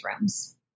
rooms